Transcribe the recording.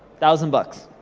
thousand bucks.